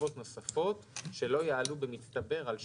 בתקופות נוספות שלא יעלו במצטבר על שנה.